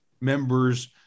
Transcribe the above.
members